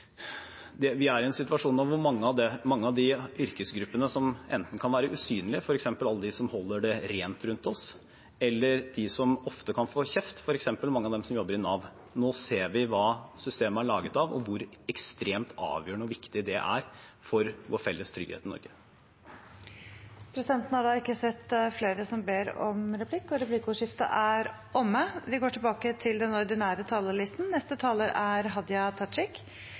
Vi er i en situasjon nå hvor vi ser mange av de yrkesgruppene som enten kan være usynlige, f.eks. alle dem som holder det rent rundt oss, eller dem som ofte kan få kjeft, f.eks. mange av dem som jobber i Nav – nå ser vi hva systemet er laget av, og hvor ekstremt avgjørende og viktig det er for vår felles trygghet i Norge. Replikkordskiftet er omme. De talere som heretter får ordet, har en taletid på inntil 3 minutter. Korleis ein handterer ei krise i startfasen, er med på å definera heile den